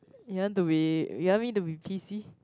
you want to be you want me to be P_C